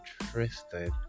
interested